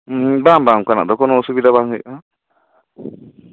ᱩᱸ ᱵᱟᱝ ᱵᱟᱝ ᱚᱱᱠᱟᱱᱟ ᱫᱚ ᱠᱳᱱᱳ ᱚᱥᱩᱵᱤᱫᱷᱟ ᱵᱟᱝ ᱦᱩᱭ ᱠᱟᱱᱟ